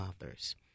authors